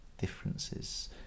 differences